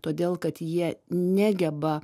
todėl kad jie negeba